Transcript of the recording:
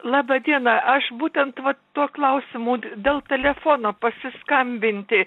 laba diena aš būtent tuo klausimu dėl telefono pasiskambinti